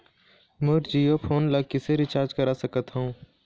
मोर Jio phone ला किसे recharge करा सकत हवं?